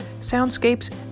soundscapes